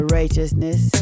righteousness